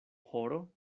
horo